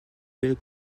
belle